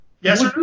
Yes